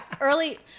early